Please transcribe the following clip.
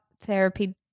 therapy